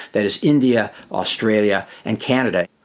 that is india, australia, and canada.